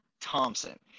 Thompson